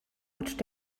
rutscht